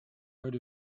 heard